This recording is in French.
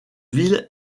villes